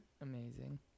Amazing